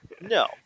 no